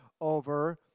over